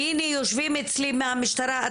והנה יושבים אצלי מהמשטרה,